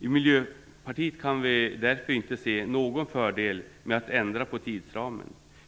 I Miljöpartiet kan vi därför inte se någon fördel med att ändra på tidsramen.